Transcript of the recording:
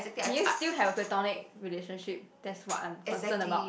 can you still have platonic relationship that's what I concern about